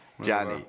Johnny